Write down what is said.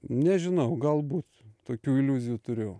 nežinau galbūt tokių iliuzijų turiu